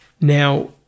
Now